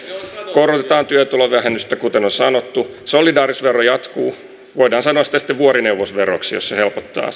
korotetaan työtulovähennystä kuten on sanottu solidaarisuusvero jatkuu voidaan sanoa sitä sitten vuorineuvosveroksi jos se helpottaa